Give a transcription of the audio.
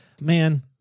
man